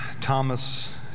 Thomas